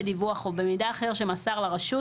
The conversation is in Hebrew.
בדיווח או במידע אחר שמסר לרשות,